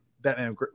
Batman